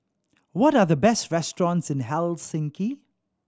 what are the best restaurants in Helsinki